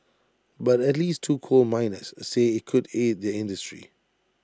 but at least two coal miners say IT could aid their industry